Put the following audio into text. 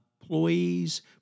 employees